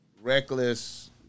reckless